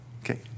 Okay